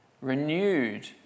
renewed